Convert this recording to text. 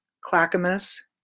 Clackamas